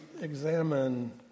examine